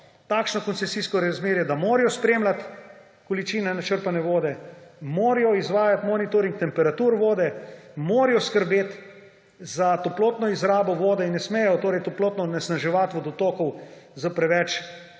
takšno koncesijsko razmerje, da morajo spremljati količine načrpane vode, morajo izvajati monitoring temperature vode, morajo skrbeti za toplotno izrabo vode in ne smejo torej toplotno onesnaževati vodotokov s preveč